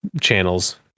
channels